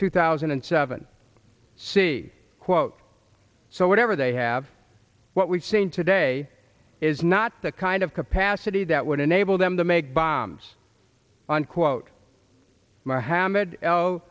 two thousand and seven c quote so whatever they have what we've seen today is not the kind of capacity that would enable them to make bombs on quote mohammed